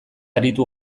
aritu